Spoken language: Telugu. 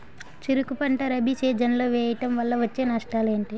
చెరుకు పంట రబీ సీజన్ లో వేయటం వల్ల వచ్చే నష్టాలు ఏంటి?